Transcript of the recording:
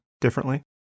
differently